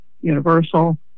Universal